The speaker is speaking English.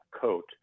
coat